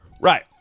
right